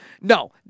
No